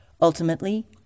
Ultimately